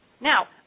Now